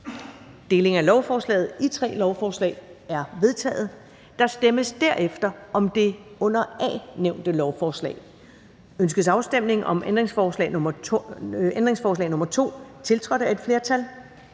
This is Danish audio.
Delingen af lovforslaget i tre lovforslag er vedtaget. Der stemmes derefter om det under A nævnte lovforslag: Ønskes afstemning om ændringsforslag nr. 2, tiltrådt af et flertal